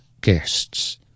guests